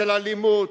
של אלימות,